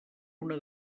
una